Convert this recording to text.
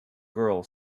girl